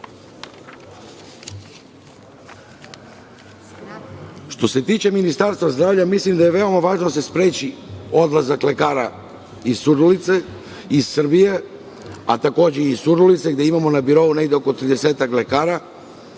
se tiče Ministarstva zdravlja mislim da je veoma važno da se spreči odlazak lekara iz Surdulice, iz Srbije, a takođe i iz Surdulice gde na birou imamo oko 30-ak lekara.